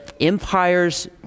empire's